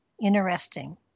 Interesting